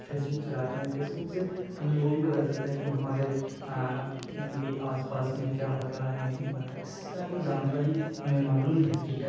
face بک چلاتے ہیں Facebook سے ہمیں وہ بھی پتہ چلتا ہے کہ ہمارے یعنی کہ آس پاس میں کیا ہو رہا ہے نہیں ہو رہا ہے اس کا بھی جانکاڑی ہمیں معلوم رہتی ہے